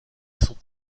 sont